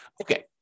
Okay